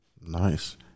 Nice